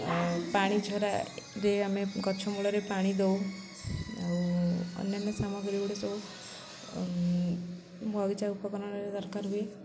ଆଉ ପାଣି ଝରାରେ ଆମେ ଗଛ ମୂଳରେ ପାଣି ଦଉ ଆଉ ଅନ୍ୟାନ୍ୟ ସାମଗ୍ରୀ ଗୁଡ଼େ ସବୁ ବଗିଚା ଉପକରଣରେ ଦରକାର ହୁଏ